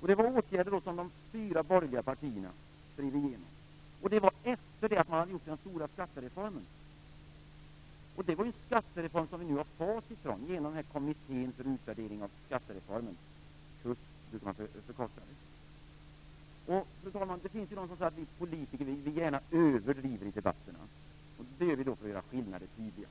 Det var åtgärder som de fyra borgerliga partierna drev igenom. Det var efter det att man hade gjort den stora skattereformen. Det är en skattereform som vi nu har facit på, genom kommittén för utvärdering av skattereformen. KUSK brukar man förkorta det. Fru talman! Det finns de som säger att vi politiker gärna överdriver i debatten. Det gör vi för att göra skillnader tydliga.